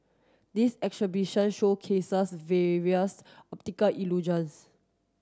this exhibition showcases various optical illusions